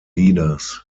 leaders